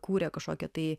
kuria kažkokią tai